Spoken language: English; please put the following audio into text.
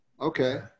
okay